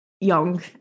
young